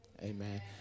Amen